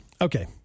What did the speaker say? Okay